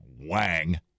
wang